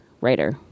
writer